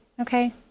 Okay